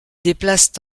déplacent